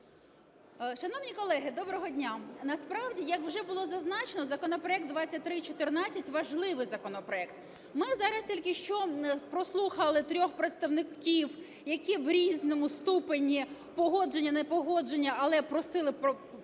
Шановні колеги! Доброго дня. Насправді, як вже було зазначено, законопроект номер 2314 важливий законопроект. Ми зараз тільки що прослухали трьох представників, які в різному ступені погодження-непогодження, але просили